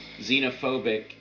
xenophobic